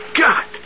god